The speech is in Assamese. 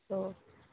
অঁ